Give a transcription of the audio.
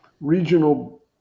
regional